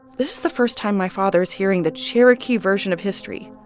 this is the first time my father's hearing the cherokee version of history,